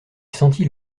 sentit